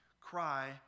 cry